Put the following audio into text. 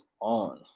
on